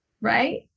Right